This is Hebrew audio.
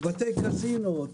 בתי קזינו.